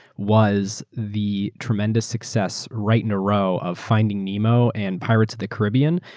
was the tremendous success right in a row of finding nemo and pirates of the caribbean,